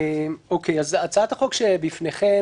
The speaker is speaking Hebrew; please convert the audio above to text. הצעת החוק שבפניכם,